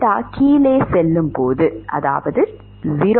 theta கீழே செல்லும் போது இது 0